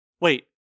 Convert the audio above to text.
Wait